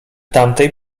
tamtej